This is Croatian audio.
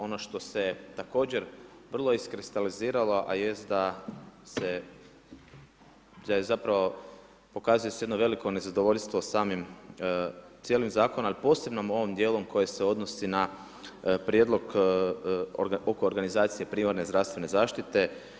Ono što se također vrlo iskristalizirala a jest da se zapravo pokazuje se jedno veliko nezadovoljstvo cijelim zakonom ali posebno u ovom djelu koji se odnosi na prijedlog oko organizacije primarne zdravstvene zaštite.